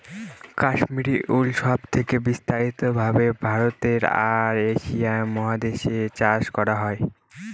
কাশ্মিরী উল সব থেকে বিস্তারিত ভাবে ভারতে আর এশিয়া মহাদেশে চাষ করা হয়